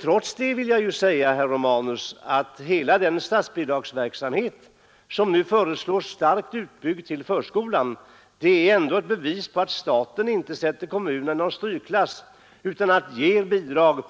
Trots det vill jag säga till herr Romanus att hela den statsbidragsverksamhet, som nu beträffande förskolan föreslås bli starkt utbyggd, ändå är ett bevis på att staten inte placerar kommunerna i strykklass utan ger bidrag